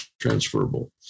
transferable